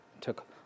took